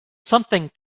something